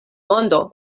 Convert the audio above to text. mondo